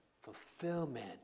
fulfillment